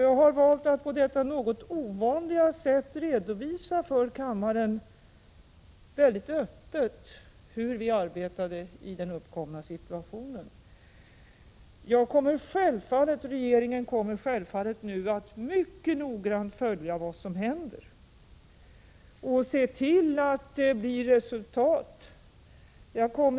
Jag har valt att på detta något ovanliga sätt mycket öppet redovisa för kammarens ledamöter hur vi arbetade i den uppkomna situationen. Regeringen kommer självfallet att mycket noggrant följa vad som händer och se till att det blir resultat.